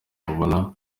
babona